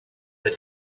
that